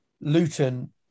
Luton